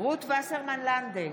רות וסרמן לנדה,